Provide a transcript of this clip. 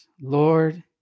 Lord